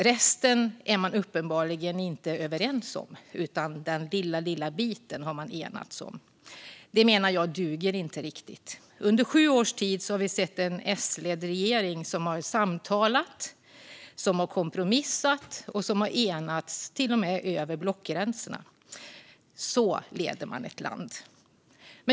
Resten är man uppenbarligen inte överens om, utan det är en väldigt liten bit som man har enats om. Det duger inte riktigt, menar jag. Under sju års tid har vi sett en S-ledd regering som har samtalat, kompromissat och nått enighet till och med över blockgränserna. Så leder man ett land.